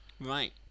Right